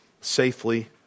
safely